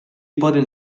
poden